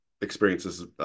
experiences